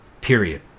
period